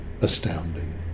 astounding